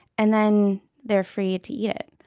and then they're free to eat it.